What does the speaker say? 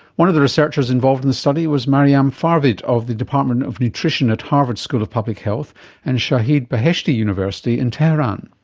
one of the researchers involved in the study was maryam farvid of the department of nutrition at harvard school of public health and shahid beheshti university in tehran.